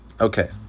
Okay